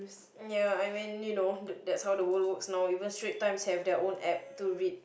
ya I mean you know that's how the world works now even Strait Times have their own App to read